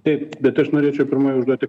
taip bet aš norėčiau pirmoj užduoti